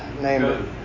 name